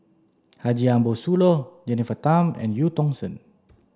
Haji Ambo Sooloh Jennifer Tham and Eu Tong Sen